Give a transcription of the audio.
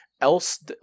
else